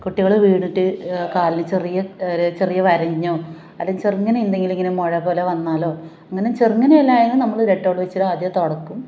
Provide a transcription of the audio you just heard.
കുട്ടികൾ വീണിട്ട് കാലിന് ചെറിയ ചെറിയ വരഞ്ഞോ അല്ലേ ചെറുങ്ങനെ എന്തെങ്കിലും ഇങ്ങനെ മുഴപോലെ വന്നാലോ അങ്ങനെ ചെറുങ്ങനെ എല്ലാ ആയെങ്കിൽ നമ്മൾ ഡെറ്റോൾ ഒഴിച്ചിട്ട് ആദ്യം തുടക്കും